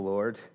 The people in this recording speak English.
Lord